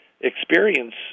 experience